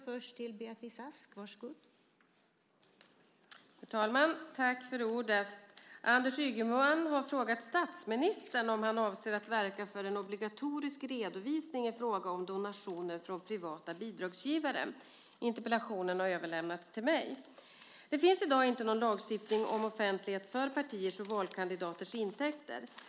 Fru talman! Anders Ygeman har frågat statsministern om han avser att verka för en obligatorisk redovisning i fråga om donationer från privata bidragsgivare. Interpellationen har överlämnats till mig. Det finns i dag inte någon lagstiftning om offentlighet för partiers och valkandidaters intäkter.